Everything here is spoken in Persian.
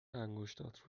انگشتات